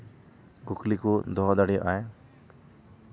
ᱠᱩᱠᱞᱤ ᱠᱚ ᱫᱚᱦᱚ ᱫᱟᱲᱮᱭᱟᱜᱼᱟᱭ